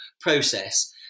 process